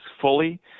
fully